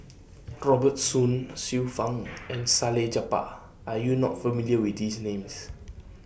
Robert Soon Xiu Fang and Salleh Japar Are YOU not familiar with These Names